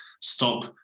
Stop